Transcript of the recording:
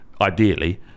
ideally